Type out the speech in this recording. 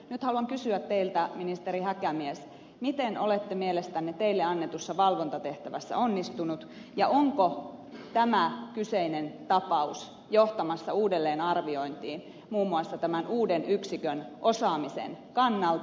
nyt haluan kysyä teiltä ministeri häkämies miten olette mielestänne teille annetussa valvontatehtävässä onnistunut ja onko tämä kyseinen tapaus johtamassa uudelleenarviointiin muun muassa tämän uuden yksikön osaamisen kannalta